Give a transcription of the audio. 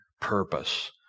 purpose